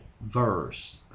verse